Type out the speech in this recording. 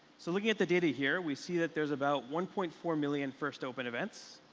so looking at the data here we see that there's about one point four million first open events.